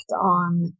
on